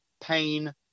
Pain